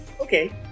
Okay